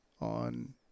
on